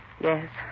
Yes